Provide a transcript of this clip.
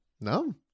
No